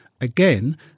again